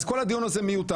אז כל הדיון הזה מיותר.